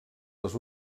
les